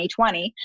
2020